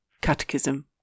Catechism